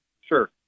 sure